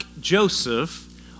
Joseph